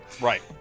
Right